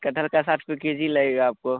कठहल का साठ रुपये के जी लगेगा आपको